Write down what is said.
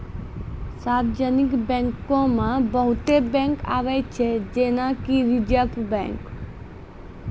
सार्वजानिक बैंको मे बहुते बैंक आबै छै जेना कि रिजर्व बैंक